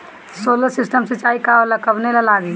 Solar system सिचाई का होला कवने ला लागी?